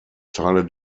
teile